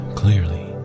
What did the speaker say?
clearly